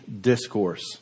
discourse